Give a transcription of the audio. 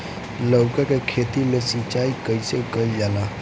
लउका के खेत मे सिचाई कईसे कइल जाला?